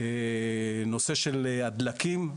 הנושא של הדלקים,